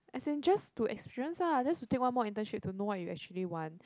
as in just to experience lah just to take one more internship to know what you actually want